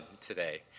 today